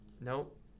Nope